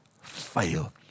fail